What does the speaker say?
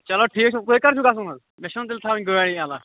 چلو ٹھیٖک چھُ تۄہہِ کَر چھُو گَژھُن حظ مےٚ چھُ نا تیٚلہِ تھاوٕنۍ گاڑۍ یلہٕ